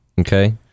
Okay